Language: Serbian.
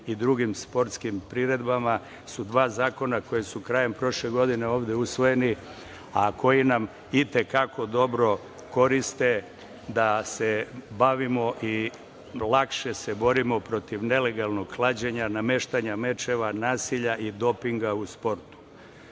i drugim sportskim priredbama su dva zakona koja su krajem prošle godine ovde usvojena, a koji nam i te kako dobro koriste da se bavimo i lakše se borimo protiv nelegalnog klađenja, nameštanja mečeva, nasilja i dopinga u sportu.